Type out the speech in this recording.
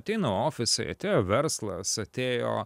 ateina ofisai atėjo verslas atėjo